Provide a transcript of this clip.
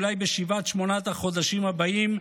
אולי בשבעת-שמונת החודשים הבאים,